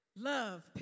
Love